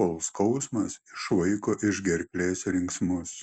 kol skausmas išvaiko iš gerklės riksmus